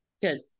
Good